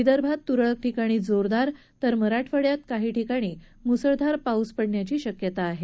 विदर्भात तुरळक ठिकाणी जोरदार तर मराठवाङ्यात काही ठिकाणी मुसळधार पाऊस पडण्याची शक्यता आहे